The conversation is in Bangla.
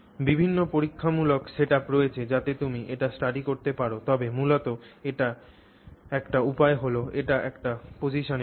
বিভিন্ন পরীক্ষামূলক সেটআপ রয়েছে যাতে তুমি এটি স্টাডি করতে পার তবে মূলত একটি উপায় হল এটি একটি পজিশনে রাখা